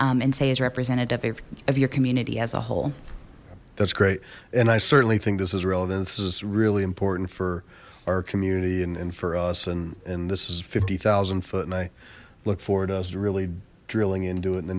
to and say is representative of your community as a whole that's great and i certainly think this is relevant this is really important for our community and for us and and this is fifty thousand foot and i look forward i was really drilling into it in the